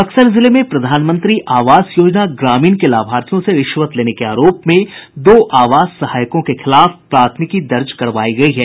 बक्सर जिले में प्रधानमंत्री आवास योजना ग्रामीण के लाभार्थियों से रिश्वत लेने के आरोप में दो आवास सहायकों के खिलाफ प्राथमिकी दर्ज करवायी गयी है